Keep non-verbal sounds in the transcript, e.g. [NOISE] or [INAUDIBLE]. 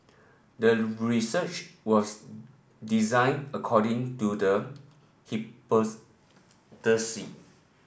the research was designed according to the [UNINTELLIGIBLE]